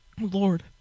Lord